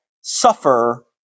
suffer